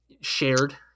shared